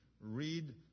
read